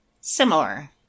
Similar